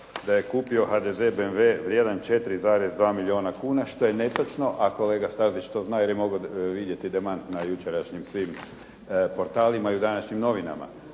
da je kupio HDZ BMW vrijedan 4,2 milijuna kuna, što je netočno, a kolega Stazić to zna jer je mogao vidjeti demant na jučerašnjim svim portalima i u današnjim novinama.